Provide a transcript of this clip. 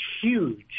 huge